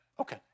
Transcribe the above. Okay